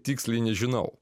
tiksliai nežinau